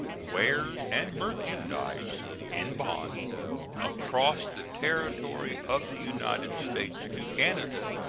wares, and merchandise in bond across the territory of the united states to canada,